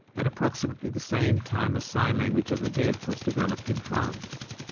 at approximately the same time as sign language of the deaf was developed in france.